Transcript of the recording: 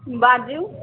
बाजू